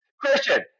Christian